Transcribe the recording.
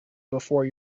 before